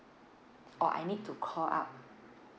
or I need to call up